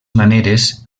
maneres